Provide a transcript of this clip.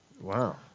Wow